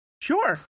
Sure